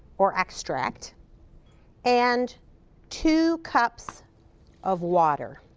or extract and two cups of water.